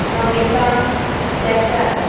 Navita Desai